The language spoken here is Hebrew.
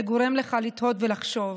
זה גורם לך לתהות ולחשוב: